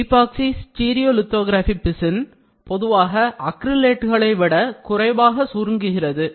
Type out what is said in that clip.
epoxy stereolithography பிசின் பொதுவாக அக்ரிலேட்டுகளை விட குறைவாக சுருங்குகிறது